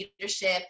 leadership